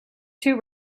two